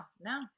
No